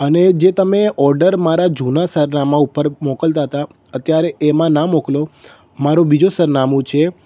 અને જે તમે ઓર્ડર મારા જૂનાં સરનામાં ઉપર મોકલતા હતા અત્યારે એમાં ના મોકલો મારું બીજું સરનામું છે